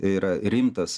yra rimtas